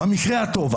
במקרה הטוב,